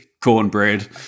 cornbread